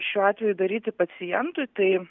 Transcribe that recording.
šiuo atveju daryti pacientui tai